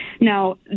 Now